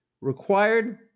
required